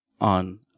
on